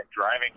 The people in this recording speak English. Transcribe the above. driving